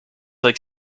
like